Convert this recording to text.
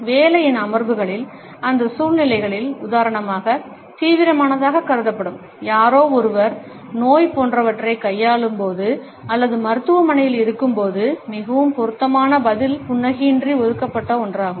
வேலையின் அமர்வுகளிலும் அந்த சூழ்நிலைகளில் உதாரணமாக தீவிரமானதாகக் கருதப்படும் யாரோ ஒருவர் நோய் போன்றவற்றைக் கையாளும் போது அல்லது மருத்துவமனையில் இருக்கும்போது மிகவும் பொருத்தமான பதில் புன்னகையின்றி ஒதுக்கப்பட்ட ஒன்றாகும்